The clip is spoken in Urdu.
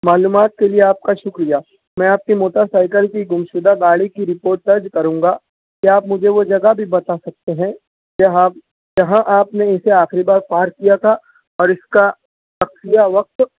معلومات کے لئے آپ کا شکریہ میں آپ کی موٹر سائیکل کی گمشدہ گاڑی کی رپورٹ درج کروں گا کیا آپ مجھے وہ جگہ بھی بتا سکتے ہیں جہاں جہاں آپ نے اسے آخری بار پارک کیا تھا اور اس کا وقت